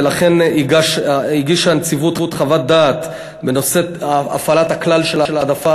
ולכן הגישה הנציבות חוות דעת בנושא הפעלת הכלל של העדפה